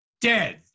dead